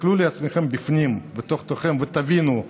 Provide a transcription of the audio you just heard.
תסתכלו לעצמכם בפנים, בתוך תוככם, ותבינו.